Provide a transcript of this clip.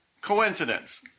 coincidence